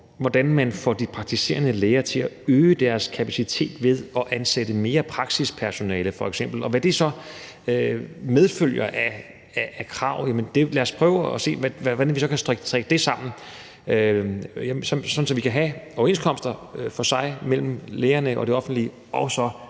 hvordan man får de praktiserende læger til at øge deres kapacitet ved at ansætte mere praksispersonale f.eks., indgår. Lad os prøve at se, hvordan vi så kan strikke det sammen ud fra de krav, det medfører, sådan at vi kan have overenskomsten mellem lægerne og det offentlige for sig